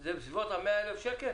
זה בסביבות 100,000 שקל?